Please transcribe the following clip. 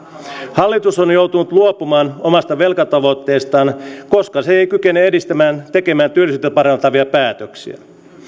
hallitus on joutunut luopumaan omasta velkatavoitteestaan koska se ei kykene tekemään työllisyyttä parantavia päätöksiä